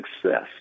success